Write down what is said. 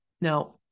Now